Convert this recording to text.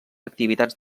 activitats